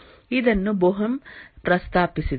ಇದನ್ನು ಬೋಹೆಮ್ ಪ್ರಸ್ತಾಪಿಸಿದರು